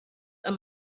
are